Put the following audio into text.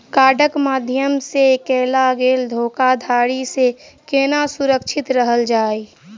कार्डक माध्यम सँ कैल गेल धोखाधड़ी सँ केना सुरक्षित रहल जाए?